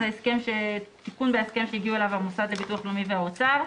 זה תיקון בהסכם שהגיעו אליו המוסד לביטוח לאומי והאוצר.